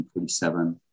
1947